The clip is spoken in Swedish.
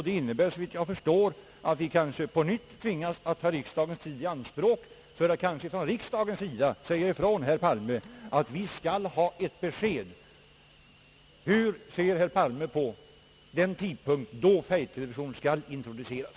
Det innebär såvitt jag förstår, att vi kanske på nytt tvingas ta riksdagens tid i anspråk för att säga ifrån att vi vill ha ett besked. Hur bedömer herr Palme den tidpunkt då färgtelevision skall introduceras?